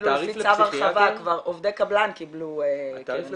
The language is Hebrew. אפילו לפי צו הרחבה כבר עובדי קבלן קיבלו קרן השתלמות.